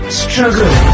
struggle